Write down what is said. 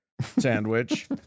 sandwich